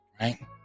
right